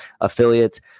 Affiliates